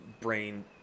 Brain